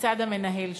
מצד המנהל שלה.